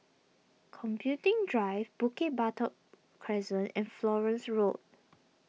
Computing Drive Bukit Batok Crescent and Florence Road